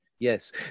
Yes